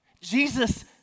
Jesus